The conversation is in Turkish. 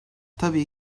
tabii